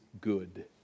good